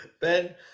Ben